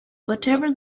whatever